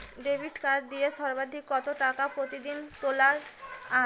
Debit card দিয়ে সর্বাধিক কত টাকা প্রতিদিন তোলা য়ায়?